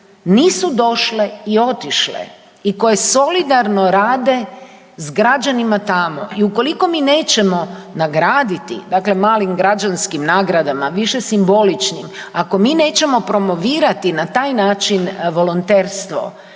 nisu došle i otišle i koje solidarno rade s građanima tamo i ukoliko mi nećemo nagraditi, dakle malim građanskim nagradama, više simboličnim, ako mi nećemo promovirati na taj način volonterstvo,